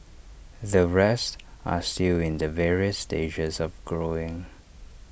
the rest are still in the various stages of growing